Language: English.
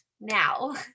now